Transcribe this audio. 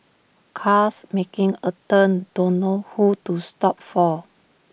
cars making A turn don't know who to stop for